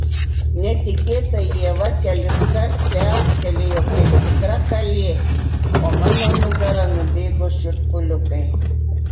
netikėtai ieva keliskart viauktelėjo kaip tikra kalė o mano nugara nubėgo šiurpuliukai